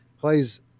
plays